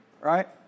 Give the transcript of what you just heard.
Right